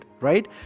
right